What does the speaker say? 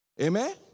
Amen